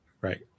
Right